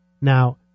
Now